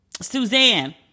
Suzanne